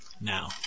now